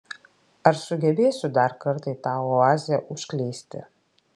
ar sugebėsiu dar kartą į tą oazę užklysti